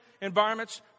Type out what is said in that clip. environments